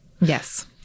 Yes